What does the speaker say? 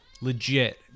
legit